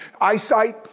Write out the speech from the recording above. Eyesight